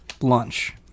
lunch